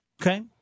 Okay